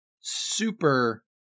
super